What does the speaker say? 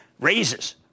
raises